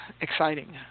exciting